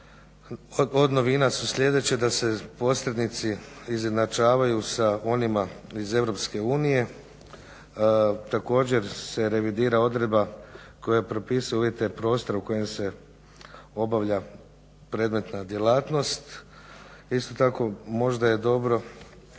od novina su sljedeće, da se posrednici izjednačavaju sa onima iz EU, također se revidira odredba koja propisuje uvjete prostora u kojem se obavlja predmetna djelatnost, isto tako možda je dobro